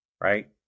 right